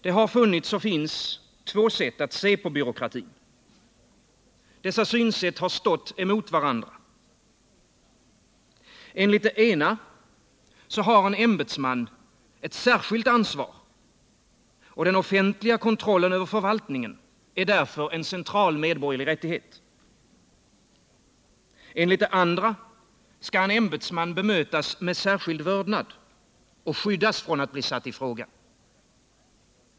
Det har funnits och finns två sätt att se på byråkratin. Dessa synsätt har stått emot varandra. Enligt det ena har en ämbetsman ett särskilt ansvar, och den offentliga kontrollen över förvaltningen är därför en central medborgerlig rättighet. Enligt det andra skall en ämbetsman bemötas med särskild vördnad och skyddas från att bli satt i fråga.